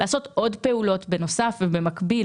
לעשות עוד פעולות בנוסף ובמקביל,